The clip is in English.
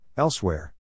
Elsewhere